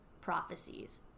prophecies